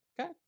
Okay